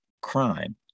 crime